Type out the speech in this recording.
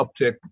uptick